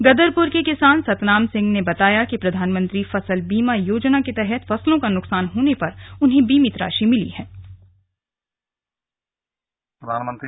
गदरपुर के किसान सतनाम सिंह ने बताया कि प्रधानमंत्री फसल बीमा योजना के तहत फसलों का नुकसान होने पर उन्हें बीमित राशि मिली